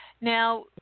now